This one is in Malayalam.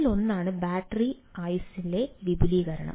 അതിലൊന്നാണ് ബാറ്ററി ആയുസ്സിലെ വിപുലീകരണം